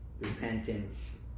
repentance